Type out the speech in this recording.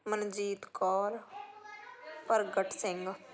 Manjeet Kaur Pragat Singh